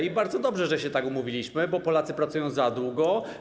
I bardzo dobrze, że się tak umówiliśmy, bo Polacy pracują za długo.